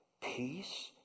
peace